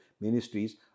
ministries